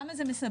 למה זה מסבך?